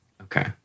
Okay